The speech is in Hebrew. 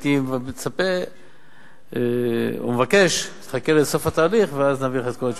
והייתי מצפה ומבקש שתחכה לסוף התהליך ואז נעביר לך את כל התשובה.